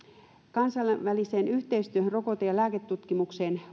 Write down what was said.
kansainväliseen yhteistyöhön rokote ja lääketutkimukseen